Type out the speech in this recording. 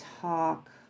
talk